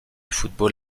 football